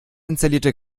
installierte